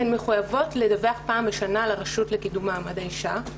הן מחויבות לדווח פעם בשנה לרשות לקידום מעמד האישה,